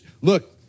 look